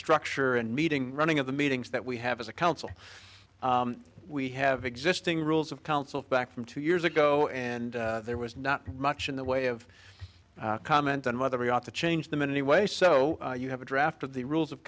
structure and meeting running of the meetings that we have as a council we have existing rules of council back from two years ago and there was not much in the way of comment on whether we ought to change them in any way so you have a draft of the rules of